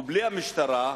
ובלי המשטרה,